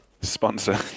Sponsor